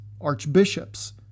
archbishops